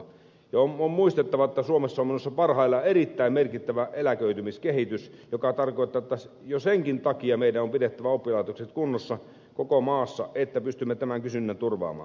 ja on muistettava että suomessa on menossa parhaillaan erittäin merkittävä eläköitymiskehitys joka tarkoittaa että jo senkin takia meidän on pidettävä oppilaitokset kunnossa koko maassa että pystymme tämän kysynnän turvaamaan